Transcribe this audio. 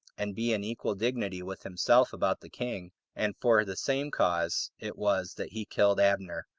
and be in equal dignity with himself about the king and for the same cause it was that he killed abner.